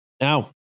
Now